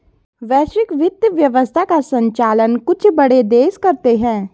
वैश्विक वित्त व्यवस्था का सञ्चालन कुछ बड़े देश करते हैं